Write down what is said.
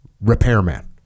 repairman